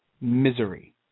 misery